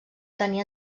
tenia